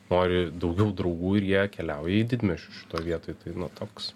nori daugiau draugų ir jie keliauja į didmiesčius šioj vietoj tai nu toks